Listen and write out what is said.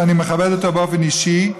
שאני מכבד אותו באופן אישי,